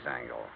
angle